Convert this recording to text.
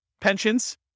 pensions